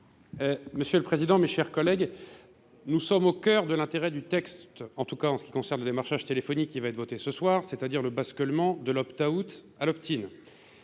Monsieur le Président, mes chers collègues, nous sommes au cœur de l'intérêt du texte, en tout cas en ce qui concerne le démarchage téléphonique qui va être voté ce soir, c'est-à-dire le basculement de l'optaout à l'optin.